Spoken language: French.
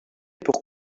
pour